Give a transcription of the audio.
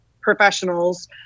professionals